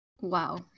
wow